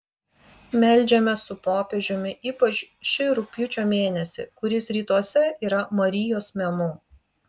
meldžiamės su popiežiumi ypač šį rugpjūčio mėnesį kuris rytuose yra marijos mėnuo